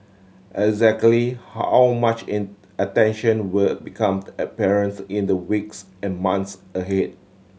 exactly how much attention will become apparent in the weeks and months ahead